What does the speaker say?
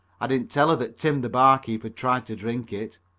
i didn't tell her that tim the barkeep had tried to drink it.